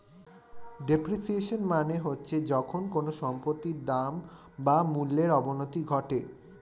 depreciation মানে হচ্ছে যখন কোনো সম্পত্তির দাম বা মূল্যর অবনতি ঘটে